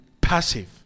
passive